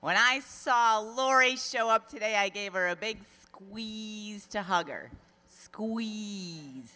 when i saw laurie show up today i gave her a big we used to hugger school we